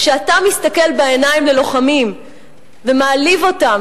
כשאתה מסתכל בעיניים ללוחמים ומעליב אותם,